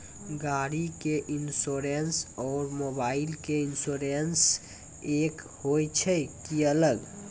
गाड़ी के इंश्योरेंस और मोबाइल के इंश्योरेंस एक होय छै कि अलग?